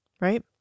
Right